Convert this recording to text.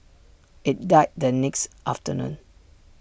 IT died the next afternoon